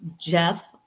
Jeff